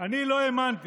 אני לא האמנתי